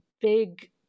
big